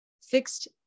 fixed